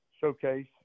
showcase